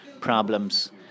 problems